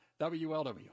WLW